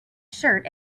shirt